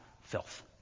filth